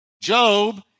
Job